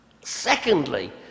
Secondly